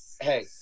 Hey